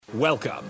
Welcome